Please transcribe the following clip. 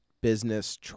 business